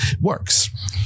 works